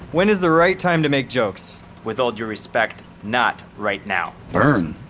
when is the right time to make jokes? with all due respect, not right now burn.